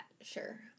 sure